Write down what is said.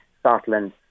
Scotland